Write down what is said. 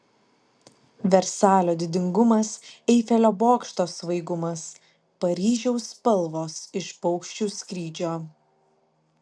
versalio didingumas eifelio bokšto svaigumas paryžiaus spalvos iš paukščių skrydžio